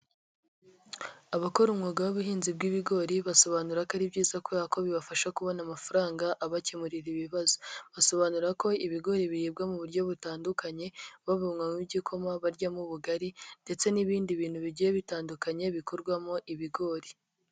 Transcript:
Abakora umwuga w'ubuhinzi bw'ibigori basobanura ko ari byiza kubera ko bibafasha kubona amafaranga abakemurira ibibazo, basobanura ko ibigori biribwa mu buryo butandukanye, babinywamo igikoma, baryamo ubugari ndetse n'ibindi bintu bigiye bitandukanye bikorwamo ibigori.